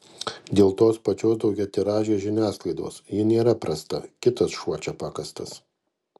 dėl tos pačios daugiatiražės žiniasklaidos ji nėra prasta kitas šuo čia pakastas